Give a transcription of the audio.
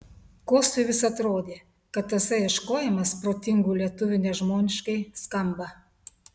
kostui vis atrodė kad tasai ieškojimas protingų lietuvių nežmoniškai skamba